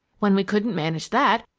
when we couldn't manage that,